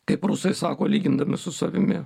kaip rusai sako lygindami su savimi